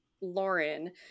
Lauren